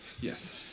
Yes